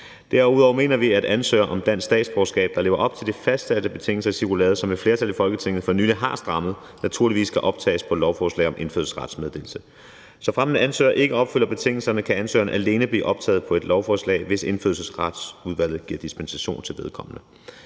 Derudover mener vi, at ansøgere om dansk statsborgerskab, der lever op til de fastsatte betingelser i cirkulæret, som et flertal i Folketinget for nylig har strammet, naturligvis skal optages på lovforslag om indfødsrets meddelelse. Såfremt en ansøger ikke opfylder betingelserne, kan ansøgeren alene blive optaget på et lovforslag, hvis Indfødsretsudvalget giver dispensation til vedkommende.